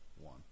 one